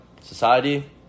society